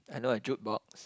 I know I jude box